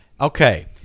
Okay